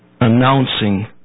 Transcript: announcing